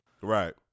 Right